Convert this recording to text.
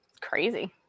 crazy